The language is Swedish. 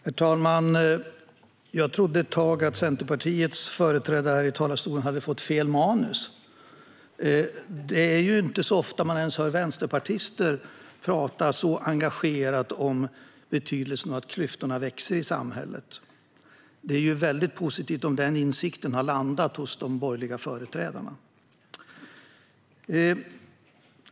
Herr talman! Jag trodde ett tag att Centerpartiets företrädare här i talarstolen hade fått fel manus. Det är inte ofta man hör ens vänsterpartister prata så engagerat om betydelsen av de växande klyftorna i samhället. Det är positivt om denna insikt har landat hos de borgerliga företrädarna.